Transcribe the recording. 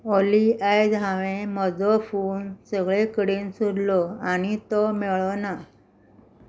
ऑली आयज हांवें म्हजो फोन सगळे कडेन सोदलो आनी तो मेळ्ळो ना